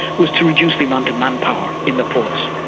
was to reduce the amount of manpower in the ports.